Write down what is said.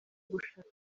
gushaka